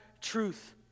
truth